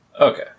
Okay